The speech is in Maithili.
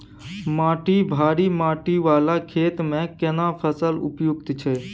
माटी भारी माटी वाला खेत में केना फसल उपयुक्त छैय?